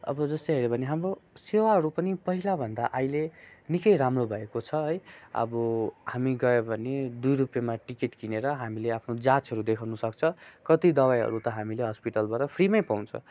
अब जस्तै हेऱ्यो भने हाम्रो सेवाहरू पनि पहिलाभन्दा अहिले निक्कै राम्रो भएको छ है अब हामी गयो भने दुई रुपियाँमा टिकट किनेर हामीले आफ्नो जाँचहरू देखाउन सक्छ कति दबाईहरू त हामीले हस्पिटलबाट हामीले फ्रीमै पाउँछ